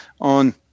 on